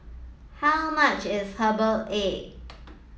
how much is herbal egg